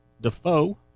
DeFoe